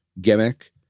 gimmick